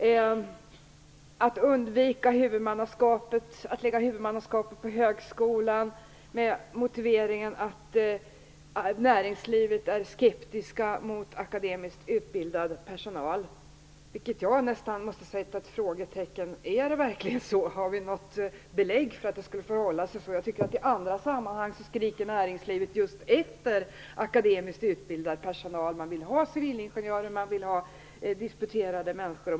Det har också handlat om att man skall undvika att lägga huvudmannaskapet på högskolan, med motiveringen att näringslivet är skeptiskt mot akademiskt utbildad personal. Men är det verkligen så? Har vi något belägg för att det förhåller sig så? I andra sammanhang skriker näringslivet efter just akademiskt utbildad personal. Man vill ha fler civilingenjörer och disputerade människor.